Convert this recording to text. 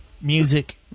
Music